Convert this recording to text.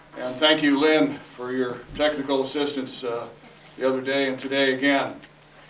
thank you, lynn, for your technical assistance the other day and today again.